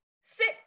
Sit